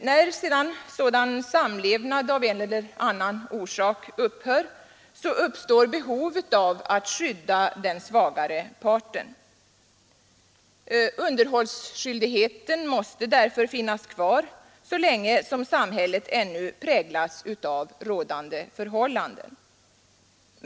När sådan samlevnad av en eller annan orsak upphör, uppstår behov av att skydda den svagare parten. Underhållsskyldigheten måste därför finnas kvar så länge som sam hället ännu präglas av rådande förhållanden.